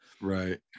Right